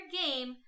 game